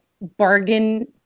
bargain